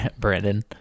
Brandon